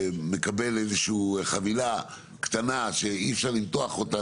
מקבל איזושהי חבילה קטנה שאי אפשר למתוח אותה